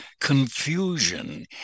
confusion